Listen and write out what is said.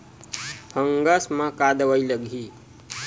Fungus म का दवाई लगी?